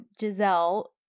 Giselle